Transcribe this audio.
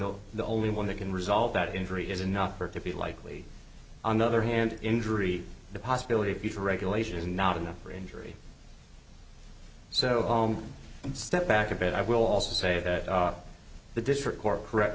the the only one that can resolve that injury is enough for it to be likely on the other hand injury the possibility of future regulation is not enough for injury so step back a bit i will also say that the district court correct